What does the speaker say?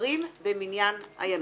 נספרים במניין הימים).